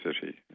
city